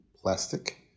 plastic